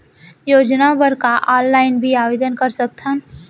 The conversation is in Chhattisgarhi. योजना बर का ऑनलाइन भी आवेदन कर सकथन?